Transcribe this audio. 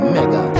Mega